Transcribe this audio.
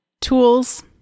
Tools